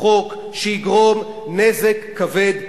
חוק שיגרום נזק כבד לישראל,